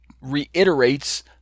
reiterates